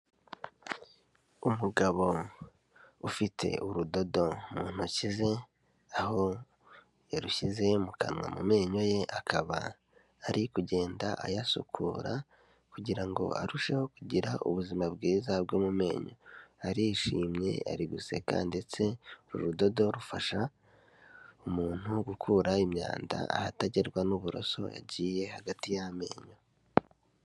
Umugabo ufite urudodo mu ntoki ze, aho yarushyize mu kanwa, mu menyo ye, akaba ari kugenda ayasukura, kugirango ngo arusheho kugira ubuzima bwiza bwo mu menyo, arishimye ari guseka, ndetse uru rudodo rufasha umuntu gukuraraho imyanda ahatagerwa n'uburoso yagiye hagati y'amenyo.